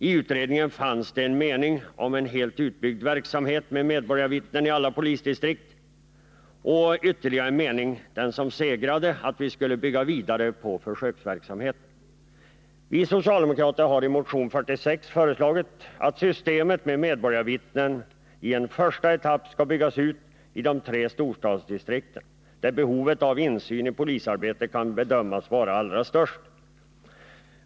I utredningen fanns det en mening om en helt utbyggd verksamhet med medborgarvittnen i alla polisdistrikt och vidare en mening — den som segrade — om att vi skulle bygga vidare på försöksverksamheten. Vi socialdemokrater har i motion 46 föreslagit att systemet med medborgarvittnen i en första etapp skall byggas ut i de tre storstadsdistrikten, där behovet av insyn i polisarbetet kan bedömas vara allra störst.